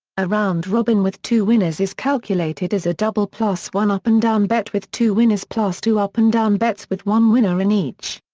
a round robin with two winners is calculated as a double plus one up and down bet with two winners plus two up and down bets with one winner in each.